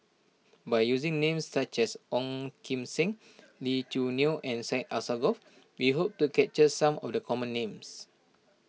by using names such as Ong Kim Seng Lee Choo Neo and Syed Alsagoff we hope to capture some of the common names